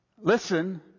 listen